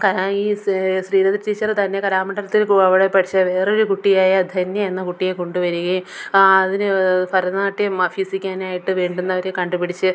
കല ഈ ശ്രീലത ടീച്ചറ് തന്നെ കലാമണ്ഡലത്തിൽ അവിടെ പഠിച്ച വേറൊരു കുട്ടിയായ ധന്യ എന്ന കുട്ടിയെ കൊണ്ടുവരികയും അതിന് ഭരതനാട്യം അഭ്യസിക്കാനായിട്ട് വേണ്ടുന്നവരെ കണ്ടുപിടിച്ച്